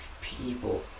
people